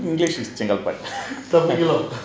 english is chengalpet